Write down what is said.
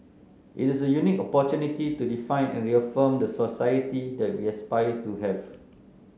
it is a unique opportunity to define and reaffirm the society that we aspire to have